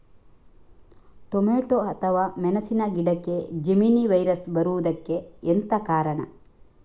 Tomato ಅಥವಾ ಮೆಣಸಿನ ಗಿಡಕ್ಕೆ ಜೆಮಿನಿ ವೈರಸ್ ಬರುವುದಕ್ಕೆ ಎಂತ ಕಾರಣ?